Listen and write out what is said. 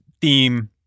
theme